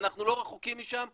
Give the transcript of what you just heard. ואנחנו לא רחוקים משם,